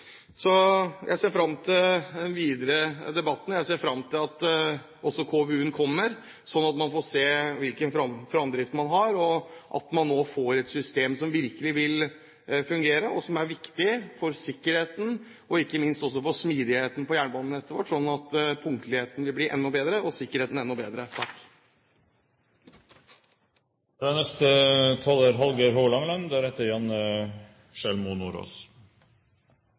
Jeg ser fram til den videre debatten. Jeg ser også fram til at KVU-en kommer, slik at man får se hvilken fremdrift man har. At man nå får et system som virkelig vil fungere, er viktig for sikkerheten og ikke minst for smidigheten på jernbanenettet vårt, slik at punktligheten blir enda bedre. Eg synest alltid det er veldig bra at Stortinget diskuterer tog. Det er